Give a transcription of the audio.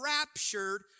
raptured